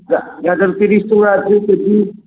ଗାଜର ତିରିଶ ଟଙ୍କା ଅଛି କୋବି